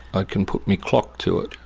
ah can put me clock to it.